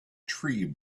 tree